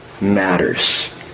matters